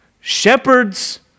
Shepherds